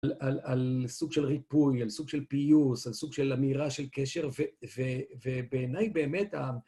על סוג של ריפוי, על סוג של פיוס, על סוג של אמירה, של קשר.. ובעיניי באמת ה...